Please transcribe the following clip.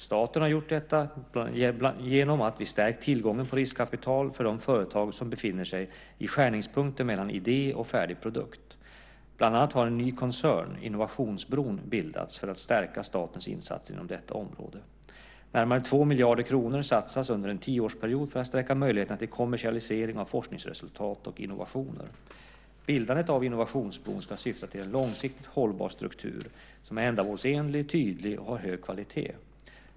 Staten har gjort detta genom att vi stärkt tillgången på riskkapital för de företag som befinner sig i skärningspunkten mellan idé och färdig produkt. Bland annat har en ny koncern, Innovationsbron, bildats för att stärka statens insatser inom detta område. Närmare 2 miljarder kronor satsas under en tioårsperiod för att stärka möjligheterna till kommersialisering av forskningsresultat och innovationer. Bildandet av Innovationsbron ska syfta till en långsiktigt hållbar struktur, som är ändamålsenlig, tydlig och har hög kvalitet.